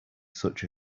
such